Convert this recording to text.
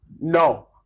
no